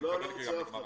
לא, לא צריך עכשיו.